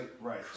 Right